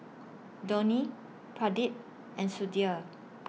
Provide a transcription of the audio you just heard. Dhoni Pradip and Sudhir